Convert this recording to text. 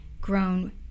grown